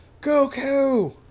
Goku